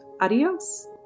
Adios